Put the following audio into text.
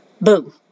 boom